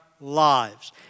lives